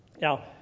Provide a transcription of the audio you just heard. Now